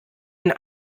ein